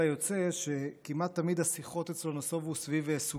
שכמעט תמיד השיחות אצלו נסובו סביב סוגיות ערכיות.